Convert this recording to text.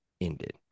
ended